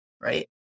Right